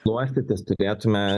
šluostytis turėtume